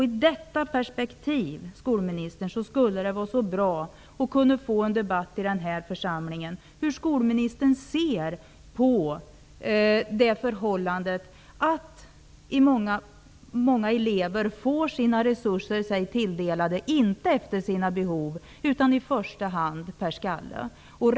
I det perspektivet skulle det vara så bra att få en debatt i den här församlingen där skolministern talar om hur hon ser på det förhållandet att många elever inte får sina resurser tilldelade efter sina behov utan i första hand per skalle.